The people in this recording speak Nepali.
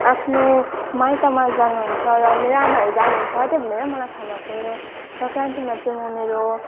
आफ्नो माइतमा जानुहुन्छ र मेरो आमाहरू जानुहुन्छ त्यही भएर मलाई थाहा भएको सङ्क्रान्तिमा चाहिँ म मेरो